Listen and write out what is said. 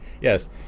yes